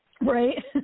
Right